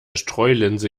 streulinse